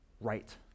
right